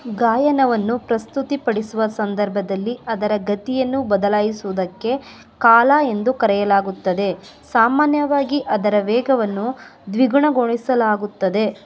ಗಾಯನವನ್ನು ಪ್ರಸ್ತುತಿ ಪಡಿಸುವ ಸಂದರ್ಭದಲ್ಲಿ ಅದರ ಗತಿಯನ್ನು ಬದಲಾಯಿಸುವುದಕ್ಕೆ ಕಾಲ ಎಂದು ಕರೆಯಲಾಗುತ್ತದೆ ಸಾಮಾನ್ಯವಾಗಿ ಅದರ ವೇಗವನ್ನು ದ್ವಿಗುಣಗೊಳಿಸಲಾಗುತ್ತದೆ